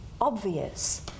obvious